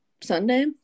Sunday